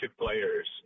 players